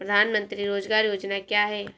प्रधानमंत्री रोज़गार योजना क्या है?